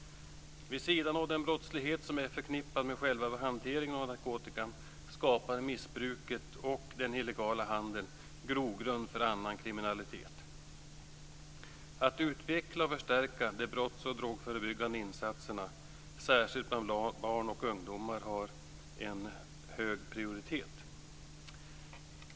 Vid sidan av den brottslighet som är förknippad med själva hanteringen av narkotika skapar missbruket och den illegala handeln grogrund för annan kriminalitet. Att utveckla och förstärka de brotts och drogförebyggande insatserna särskilt bland barn och ungdomar har en hög prioritet.